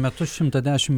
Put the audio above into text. metus šimtą dešimt